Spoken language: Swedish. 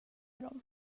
dem